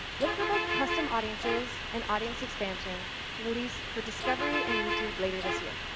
look for both custom audiences and audience expansion to release for discovery and youtube later this year.